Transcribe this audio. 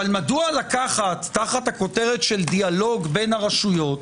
אבל מדוע לקחת תחת הכותרת של דיאלוג בין הרשויות